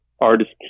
artist